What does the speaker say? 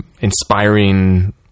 inspiring